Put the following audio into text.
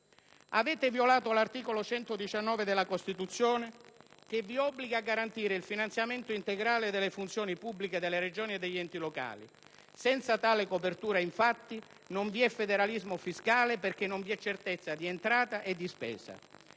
Avete violato l'articolo 119 della Costituzione che vi obbliga a garantire il finanziamento integrale delle funzioni pubbliche delle Regioni e degli enti locali. Senza tale copertura, infatti, non vi è federalismo fiscale, perché non vi è certezza di entrata e di spesa.